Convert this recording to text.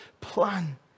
plan